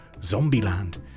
Zombieland